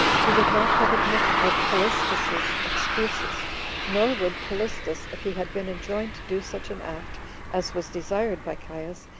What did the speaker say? he would not have admitted of callistus's excuses nor would callistus, if he had been enjoined to do such an act as was desired by caius,